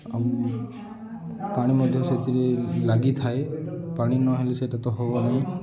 ଆଉ ପାଣି ମଧ୍ୟ ସେଥିରେ ଲାଗିଥାଏ ପାଣି ନହେଲେ ସେଟା ତ ହେବ ନାହିଁ